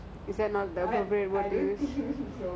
with the all the eat book people